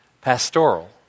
pastoral